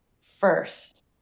first